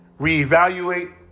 Reevaluate